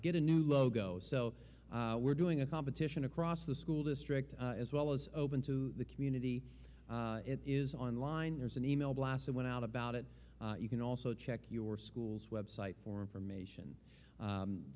get a new logo so we're doing a competition across the school district as well as open to the community it is online there's an e mail blast went out about it you can also check your school's website for information